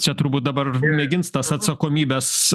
čia turbūt dabar mėgins tas atsakomybes